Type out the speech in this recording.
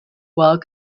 while